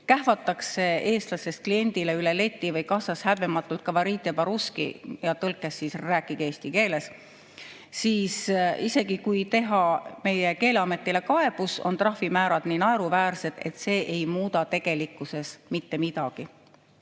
kähvatakse eestlasest kliendile üle leti või kassas häbematult: "Govorite po russki!", tõlkes siis: "Rääkige eesti keeles!" –, siis isegi, kui teha meie Keeleametile kaebus, on trahvimäärad nii naeruväärsed, et see ei muuda tegelikkuses mitte midagi. Omaette